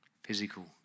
physical